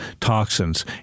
toxins